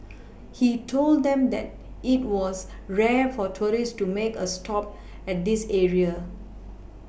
he told them that it was rare for tourists to make a stop at this area